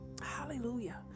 Hallelujah